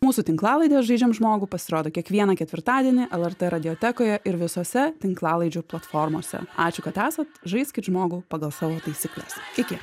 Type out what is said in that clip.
mūsų tinklalaidės žaidžiam žmogų pasirodo kiekvieną ketvirtadienį lrt radiotekoje ir visose tinklalaidžių platformose ačiū kad esat žaiskit žmogų pagal savo taisykles iki